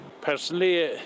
Personally